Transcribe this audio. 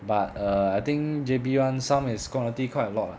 but err I think J_B [one] some is quantity quite a lot lah